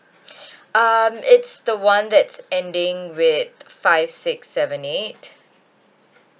um it's the one that's ending with five six seven eight